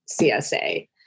CSA